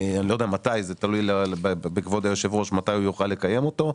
זה תלוי בכבוד היושב ראש מתי הוא יוכל לקיים אותו.